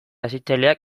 hezitzaileak